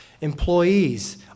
Employees